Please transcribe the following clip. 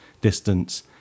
distance